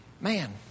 man